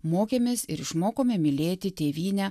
mokėmės ir išmokome mylėti tėvynę